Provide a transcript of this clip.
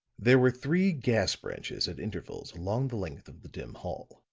there were three gas branches at intervals along the length of the dim hall,